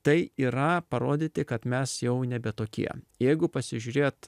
tai yra parodyti kad mes jau nebe tokie jeigu pasižiūrėt